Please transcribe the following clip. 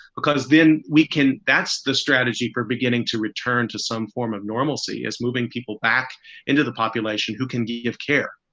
because then we can. that's the strategy for beginning to return to some form of normalcy as moving people back into the population who can give give care.